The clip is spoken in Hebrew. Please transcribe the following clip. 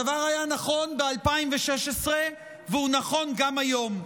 הדבר היה נכון ב-2016 והוא נכון גם היום.